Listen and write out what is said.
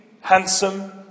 handsome